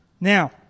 Now